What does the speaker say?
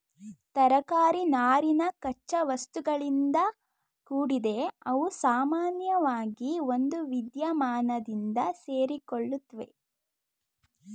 ತರಕಾರಿ ನಾರಿನ ಕಚ್ಚಾವಸ್ತುಗಳಿಂದ ಕೂಡಿದೆ ಅವುಸಾಮಾನ್ಯವಾಗಿ ಒಂದುವಿದ್ಯಮಾನದಿಂದ ಸೇರಿಕೊಳ್ಳುತ್ವೆ